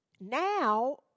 Now